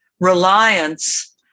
reliance